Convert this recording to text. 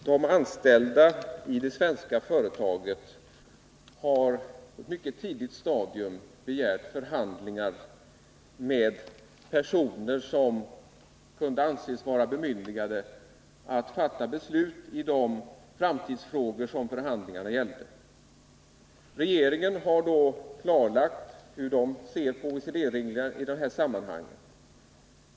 Herr talman! De anställda i det svenska företaget har på ett tidigt stadium begärt förhandlingar med personer som kunde anses vara bemyndigade att fatta beslut i de framtidsfrågor som det gällde. Regeringen har då klarlagt hur man ser på OECD:s regler i det här sammanhanget.